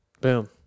boom